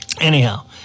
Anyhow